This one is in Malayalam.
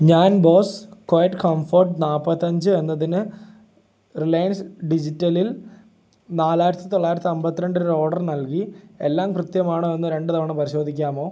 ഞാൻ ബോസ് ക്വയറ്റ് കംഫേട്ട് നാൽപ്പത്തി അഞ്ച് എന്നതിന് റിലയൻസ് ഡിജിറ്റലിൽ നാലായിരത്തി തൊള്ളായിരത്തി അമ്പത്തി രണ്ടിന് ഒരു ഓർഡർ നൽകി എല്ലാം കൃത്യമാണോ എന്നു രണ്ട് തവണ പരിശോധിക്കാമോ